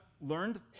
learned